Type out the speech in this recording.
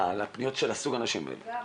יפה.